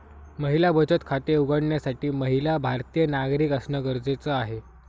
महिला बचत खाते उघडण्यासाठी महिला भारतीय नागरिक असणं गरजेच आहे